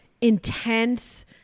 intense